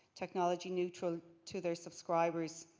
technology neutral to their subscribers.